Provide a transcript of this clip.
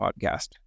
Podcast